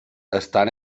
estan